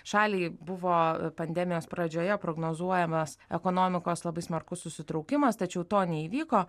šaliai buvo pandemijos pradžioje prognozuojamas ekonomikos labai smarkus susitraukimas tačiau to neįvyko